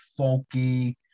folky